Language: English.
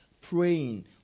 praying